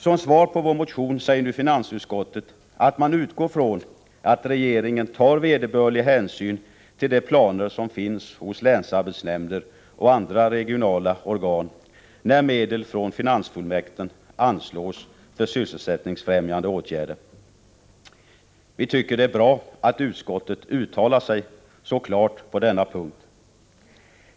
Som svar på vår motion säger nu finansutskottet att man utgår från att regeringen tar vederbörlig hänsyn till de planer som finns hos länsarbetsnämnder och andra regionala organ när medel från finansfullmakten anslås för sysselsättningsfrämjande åtgärder. Vi tycker det är bra att utskottet uttalar sig så klart på denna punkt.